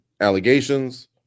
allegations